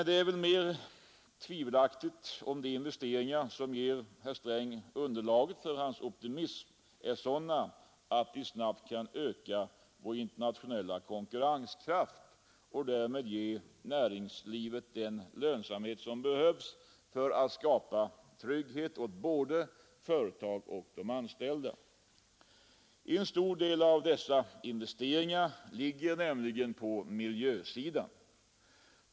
Det är väl mer än tvivelaktigt om de investeringar som ger herr Sträng underlaget för hans optimism är sådana, att de snabbt kan öka vår internationella konkurrenskraft och därmed ge näringslivet den lönsamhet som behövs för att skapa trygghet åt både företag och anställda. En stor del av dessa investeringar ligger nämligen på miljösidan.